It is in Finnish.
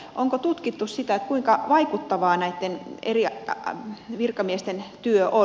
onko tutkittu sitä kuinka vaikuttavaa näitten eri virkamiesten työ on